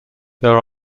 there